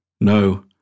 No